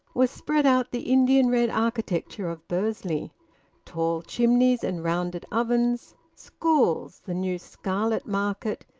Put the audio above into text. was spread out the indian-red architecture of bursley tall chimneys and rounded ovens, schools, the new scarlet market,